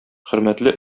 хөрмәтле